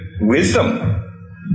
wisdom